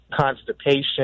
constipation